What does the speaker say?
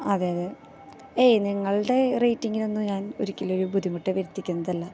അതെ അതെ ഏയ് നിങ്ങളുടെ റേറ്റിങ്ങിനൊന്നും ഞാന് ഒരിക്കലും ഒരു ബുദ്ധിമുട്ട് വരുത്തിക്കുന്നതല്ല